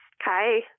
hi